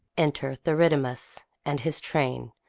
enter theridamas, and his train,